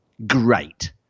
Great